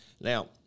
now